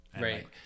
Right